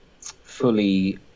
fully